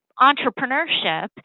entrepreneurship